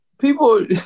people